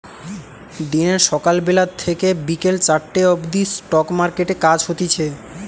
দিনে সকাল বেলা থেকে বিকেল চারটে অবদি স্টক মার্কেটে কাজ হতিছে